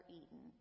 eaten